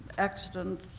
accident,